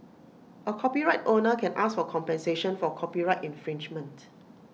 A copyright owner can ask for compensation for copyright infringement